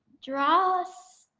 draw us.